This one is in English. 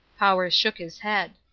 powers shook his head.